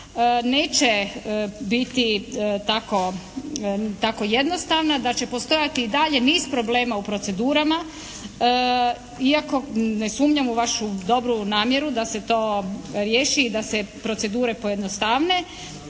neće biti tako jednostavna, da će postojati i dalje niz problema u procedurama, iako ne sumnjam u vašu dobru namjeru da se to riješi i da se procedure pojednostavne.